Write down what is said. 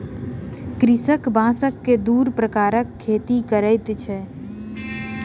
कृषक बांसक दू प्रकारक खेती करैत अछि